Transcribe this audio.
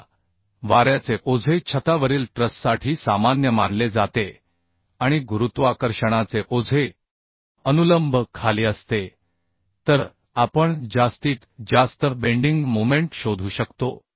आता वाऱ्याचे ओझे छतावरील ट्रससाठी सामान्य मानले जाते आणि गुरुत्वाकर्षणाचे ओझे अनुलंब खाली असते तर आपण जास्तीत जास्त बेंडिंग मोमेंट शोधू शकतो